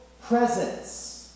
presence